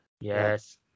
Yes